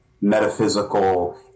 metaphysical